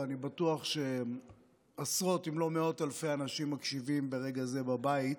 ואני בטוח שעשרות אם לא מאות אלפי אנשים מקשיבים ברגע הזה בבית,